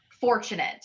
fortunate